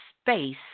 space